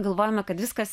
galvojame kad viskas